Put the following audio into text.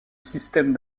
système